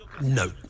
no